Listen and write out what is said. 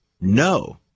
No